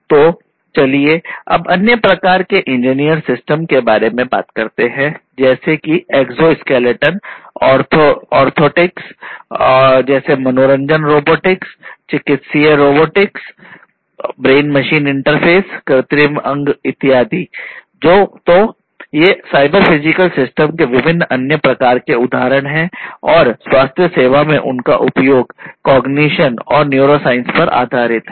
तो चलिए अब अन्य प्रकार के इंजीनियर सिस्टम पर आधारित हैं